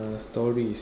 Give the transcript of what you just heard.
stories